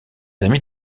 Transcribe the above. amis